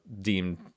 deemed